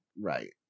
Right